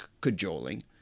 cajoling